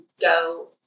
go